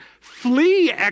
flee